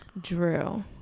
Drew